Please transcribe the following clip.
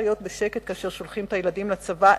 להיות בשקט כאשר שולחים את הילדים לצבא,